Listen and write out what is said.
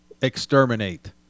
Exterminate